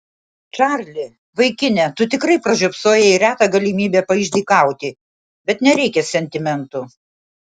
čarli vaikine tu tikrai pražiopsojai retą galimybę paišdykauti bet nereikia sentimentų